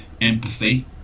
empathy